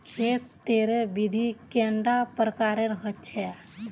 खेत तेर विधि कैडा प्रकारेर होचे?